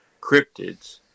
cryptids